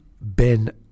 Ben